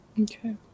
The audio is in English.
Okay